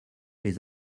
les